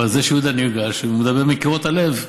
זה שיהודה נרגש, הוא מדבר מקירות הלב.